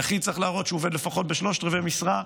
יחיד צריך להראות שהוא עובד לפחות בשלושת רבעי משרה,